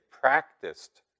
practiced